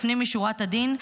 לפנים משורת הדין,